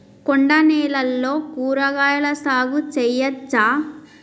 కొండ నేలల్లో కూరగాయల సాగు చేయచ్చా?